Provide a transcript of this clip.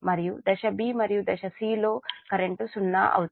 మరియు దశ b మరియు దశ c లో కరెంట్ సున్నా అవుతుంది